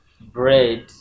bread